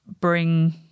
bring